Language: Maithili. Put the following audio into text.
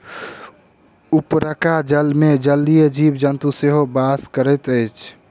उपरका जलमे जलीय जीव जन्तु सेहो बास करैत अछि